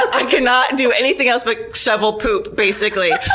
i cannot do anything else but shovel poop, basically.